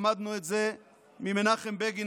למדנו את זה ממנחם בגין,